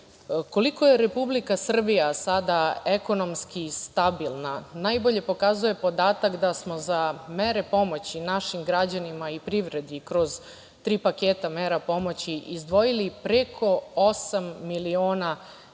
Trezor. Koliko je Republika Srbija sada ekonomski stabilna najbolje pokazuje podatak da smo za mere pomoći našim građanima i privredi kroz tri paketa mera pomoći izdvojili preko osam miliona evra,